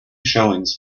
showings